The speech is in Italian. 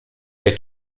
che